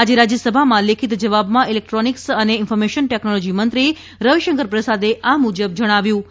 આજે રાજ્યસભામાં લેખિત જવાબમાં ઇલેક્ટ્રોનિક્સ અને ઇન્ફર્મેશન ટેકનોલોજી મંત્રી રવિશંકર પ્રસાદે આ મુજબ જણાવ્યું હતું